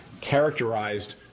characterized